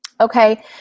Okay